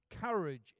courage